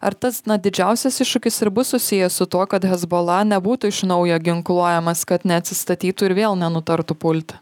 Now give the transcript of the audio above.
ar tas didžiausias iššūkis ir bus susijęs su tuo kad hezbola nebūtų iš naujo ginkluojamas kad neatsistatytų ir vėl nenutartų pulti